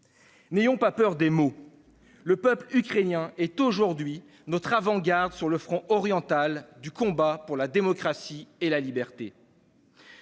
N'ayons pas peur des mots : le peuple ukrainien est aujourd'hui notre avant-garde sur le front oriental du combat pour la démocratie et la liberté.